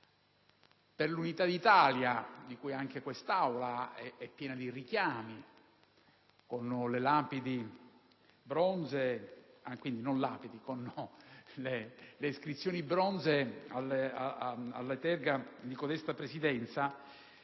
per l'unità d'Italia, di cui anche quest'Aula è piena di richiami con le iscrizioni bronzee alle spalle di codesta Presidenza,